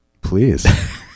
Please